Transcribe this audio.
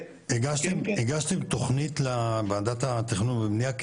הגשתם תוכנית לוועדת התכנון והבנייה,